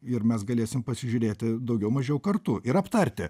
ir mes galėsime pasižiūrėti daugiau mažiau kartu ir aptarti